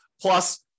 Plus